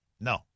No